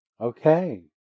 Okay